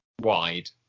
wide